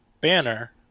banner